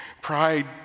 Pride